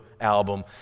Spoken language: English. album